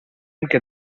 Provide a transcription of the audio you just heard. que